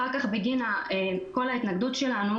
אחר כך בגין כל ההתנגדות שלנו